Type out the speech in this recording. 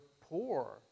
poor